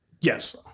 yes